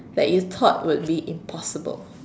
that you thought would be impossible